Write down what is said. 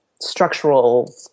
structural